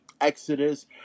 Exodus